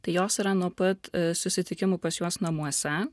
tai jos yra nuo pat susitikimų pas juos namuose